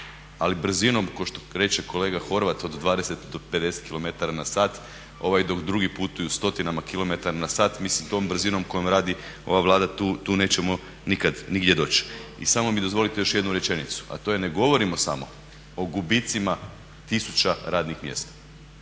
Ali brzinom, kao što reče kolega Horvat, od 20 do 50 km/h dok drugi putuju stotinama kilometara na sat mislim tom brzinom kojom radi ova Vlada tu nećemo nikad nigdje doći. I samo mi dozvolite još jednu rečenicu, a to je ne govorimo samo o gubitcima tisuća radnih mjesta.